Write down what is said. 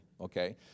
Okay